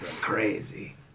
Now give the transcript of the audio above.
Crazy